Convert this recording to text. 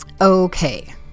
Okay